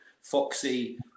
Foxy